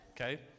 Okay